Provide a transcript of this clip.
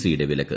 C യുടെ വിലക്ക്